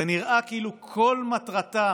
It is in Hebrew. זה נראה כאילו כל מטרתה